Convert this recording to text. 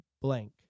blank